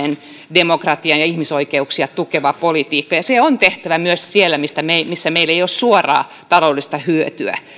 demokratiaa ja ihmisoikeuksia tukeva politiikka ja sitä on tehtävä myös siellä missä meillä ei ole suoraa taloudellista hyötyä